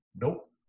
nope